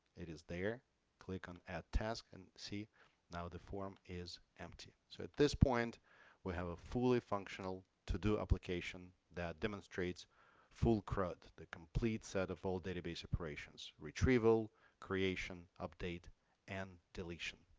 it is there click on add task and see now the form is empty so at this point we have a fully functional to-do application that demonstrates full crud the complete set of all database operations retrieval creation update and deletion